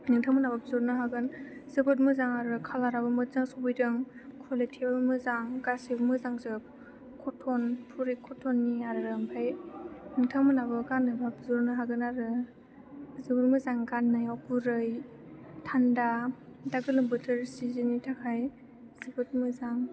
नोंथांमोनहाबो बिहरनो हागोन जोबोद मोजां आरो खालाराबो मोजां सफैदों क्वालिटियाबो मोजां गासैबो मोजांजोब कटन पुरि कटननि आरो ओमफ्राय नोंथांमोनहाबो गाननोबा बिहरनो हागोन आरो जोबोर मोजां गाननायाव गुरै थान्दा दा गोलोम बोथोर सिजेननि थाखाय जोबोद मोजां